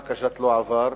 באקה ג'ת לא עבר.